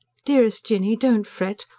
dearest jinny, don't fret.